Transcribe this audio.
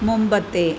മുമ്പത്തേ